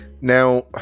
now